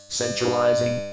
centralizing